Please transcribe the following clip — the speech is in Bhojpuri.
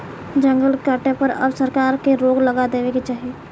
जंगल के काटे पर अब सरकार के रोक लगा देवे के चाही